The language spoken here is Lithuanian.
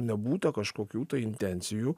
nebūta kažkokių intencijų